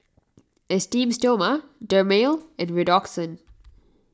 Esteem Stoma Dermale and Redoxon